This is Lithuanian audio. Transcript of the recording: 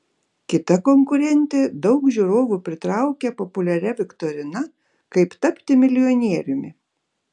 kita konkurentė daug žiūrovų pritraukia populiaria viktorina kaip tapti milijonieriumi